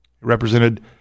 represented